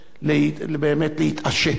באמת להתעשת.